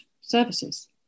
services